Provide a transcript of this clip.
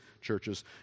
churches